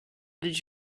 did